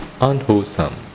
unwholesome